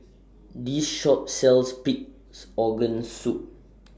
This Shop sells Pig'S Organ Soup